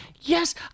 Yes